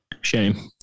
Shame